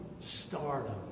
stardom